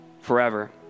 forever